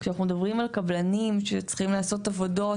כשאנחנו מדברים על קבלנים שצריכים לעשות עבודות,